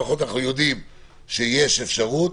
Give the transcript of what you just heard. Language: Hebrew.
לפחות אנחנו יודעים שיש אפשרות,